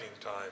time